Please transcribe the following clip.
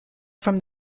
from